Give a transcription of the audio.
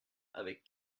avec